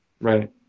right